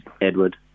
Edward